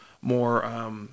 more